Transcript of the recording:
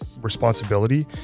responsibility